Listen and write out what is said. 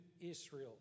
Israel